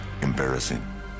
Embarrassing